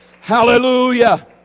Hallelujah